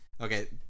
Okay